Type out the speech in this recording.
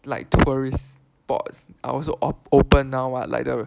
like tourist boards are also open now [what] like the